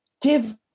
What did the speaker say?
give